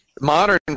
modern